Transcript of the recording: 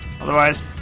Otherwise